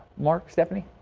mark stephanie.